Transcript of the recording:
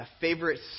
favorite